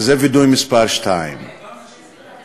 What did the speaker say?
וזה וידוי מס' 2. אתה משורר.